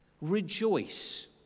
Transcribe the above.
rejoice